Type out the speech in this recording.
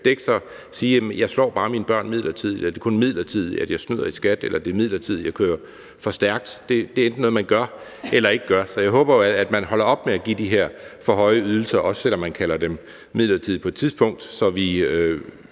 sig ved at sige: Jamen jeg så bare mine børn midlertidigt; det er kun midlertidigt, at jeg snyder i skat; eller det er midlertidigt, jeg kører for stærkt. Det er enten noget, man gør eller ikke gør. Så jeg håber, at man holder op med at give de her for høje ydelser, også selv om man kalder dem midlertidige, på et tidspunkt, så vi